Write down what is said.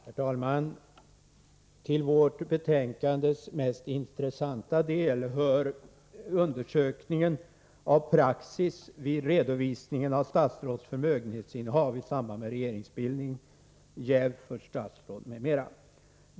Herr talman! Till vårt betänkandes mest intressanta del hör undersökningen av praxis vid redovisningen av statsråds förmögenhetsinnehav i samband med regeringsbildning, jäv för statsråd m.m.